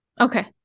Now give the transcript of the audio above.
Okay